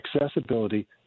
accessibility